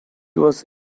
was